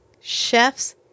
Chefs